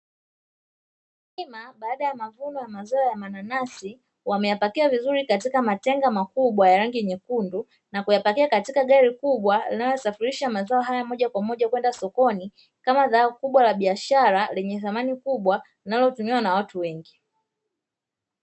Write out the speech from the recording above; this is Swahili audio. Mkulima baada ya mavuno ya mazao ya mananasi wameyapakia vizuri katika matenga makubwa ya rangi nyekundu, na kuyapakia katika gari kubwa linalosafirisha mazao haya moja kwa moja kwenda sokoni, kama zao kubwa la biashara lenye thamani kubwa linalotumiwa na watu wengi.